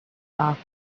off